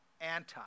anti